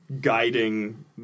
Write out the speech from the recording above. guiding